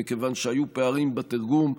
מכיוון שהיו פערים בתרגום,